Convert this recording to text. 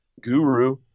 guru